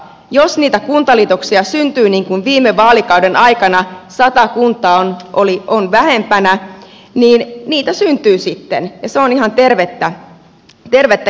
jos niitä kuntaliitoksia syntyy niin kuin viime vaalikauden aikana sata kuntaa on vähempänä niin niitä syntyy sitten ja se on ihan tervettä kehitystä